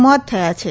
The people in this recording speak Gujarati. મોત થયા છે